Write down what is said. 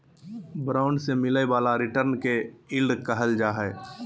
bond से मिलय वाला रिटर्न के यील्ड कहल जा हइ